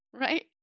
right